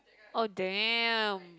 oh damn